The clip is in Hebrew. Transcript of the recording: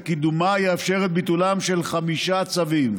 וקידומה יאפשר את ביטולם של חמישה צווים.